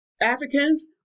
Africans